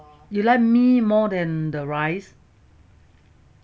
you like mee more than the rice